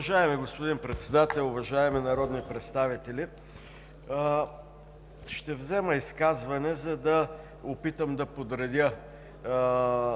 Уважаеми господин Председател, уважаеми народни представители! Ще взема изказване, за да опитам да подредя